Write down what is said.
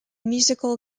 musical